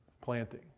planting